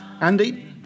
Andy